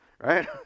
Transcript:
right